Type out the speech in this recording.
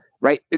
right